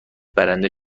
برنده